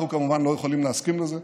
אנחנו כמובן לא יכולים להסכים לזה,